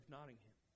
Nottingham